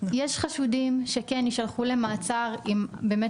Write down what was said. יש חשודים שיישלחו למעצר אם באמת